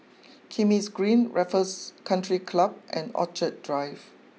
Kismis Green Raffles country Club and Drive